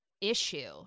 issue